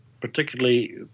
particularly